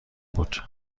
بود